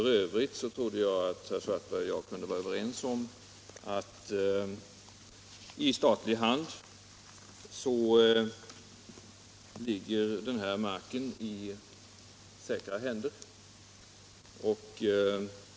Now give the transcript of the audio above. F. ö. trodde jag att herr Svartberg och jag kunde vara överens om att i statlig ägo ligger den här marken i säkra händer.